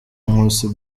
nkusi